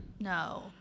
No